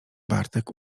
bartek